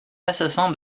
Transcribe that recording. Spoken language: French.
assassin